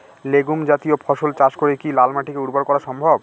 Legume জাতীয় ফসল চাষ করে কি লাল মাটিকে উর্বর করা সম্ভব?